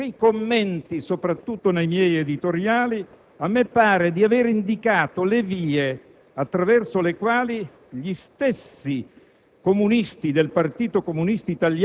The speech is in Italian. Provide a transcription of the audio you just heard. necessario). In quei commenti e soprattutto nei miei editoriali mi sembra di aver indicato le vie attraverso le quali gli stessi